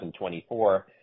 2024